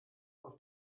auf